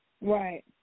Right